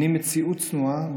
אני מציאות צנועה,